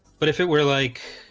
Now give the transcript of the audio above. but if it were like